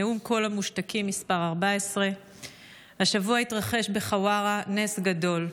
נאום קול המושתקים מס' 14. השבוע התרחש בחווארה נס גדול.